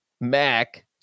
Mac